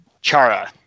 Chara